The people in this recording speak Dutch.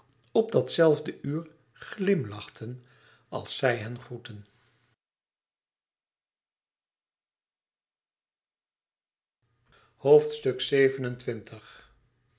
op dat zelfde uur glimlachten als zij hen groetten